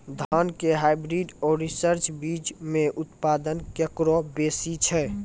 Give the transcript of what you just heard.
धान के हाईब्रीड और रिसर्च बीज मे उत्पादन केकरो बेसी छै?